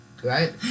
right